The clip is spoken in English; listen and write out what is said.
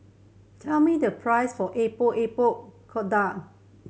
tell me the price for Epok Epok Kentang